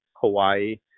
Hawaii